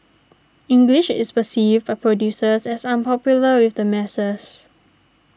English is perceived by producers as unpopular with the masses